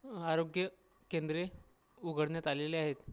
आरोग्य केंद्रे उघडण्यात आलेली आहेत